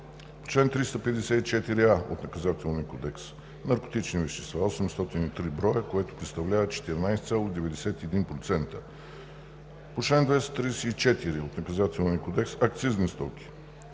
по чл. 354а от Наказателния кодекс (наркотични вещества) – 803 броя, което представлява 14,91%; по чл. 234 от Наказателния кодекс (акцизни стоки)